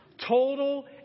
total